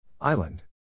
Island